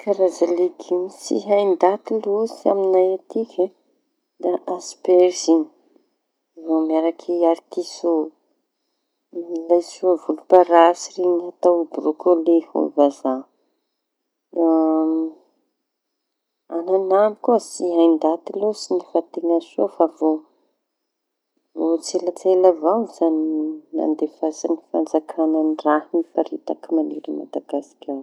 Karaza legioma tsy hain-daty loatsy no amiñay atiky da asperzy, vao miaraky artisô, lesoa volom-parasy atao broköly hoy i vazaha. Da a- añanambo koa tsy hain-daty loatsy fa teña soa. Fa vao tselatsela avao zañy nandefasañy fanjakañy nipariaky mañerañy Madagasikara.